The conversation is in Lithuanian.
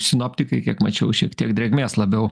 sinoptikai kiek mačiau šiek tiek drėgmės labiau